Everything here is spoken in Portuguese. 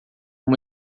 uma